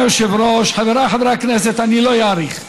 אדוני היושב-ראש, חבריי חברי הכנסת, אני לא אאריך.